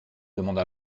demanda